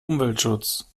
umweltschutz